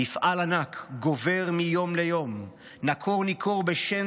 מפעל ענק גובר מיום ליום / נקור-ניקור בשן